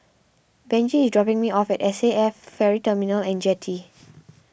Benji is dropping me off at S A F Ferry Terminal and Jetty